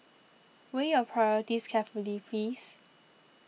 weigh your priorities carefully please